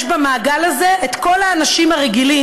יש במעגל הזה את כל האנשים הרגילים.